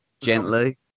Gently